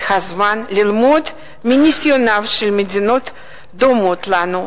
הזמן ללמוד מניסיונן של מדינות דומות לנו,